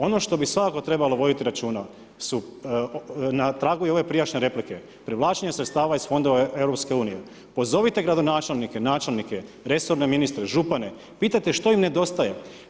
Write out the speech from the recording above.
Ono što bi svakako trebalo voditi računa su na tragu i ove prijašnje replike, privlačenje sredstava iz fondova EU, pozovite gradonačelnike, načelnike, resorne ministre, župane pitajte što im nedostaje?